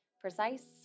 precise